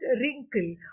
wrinkle